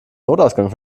notausgang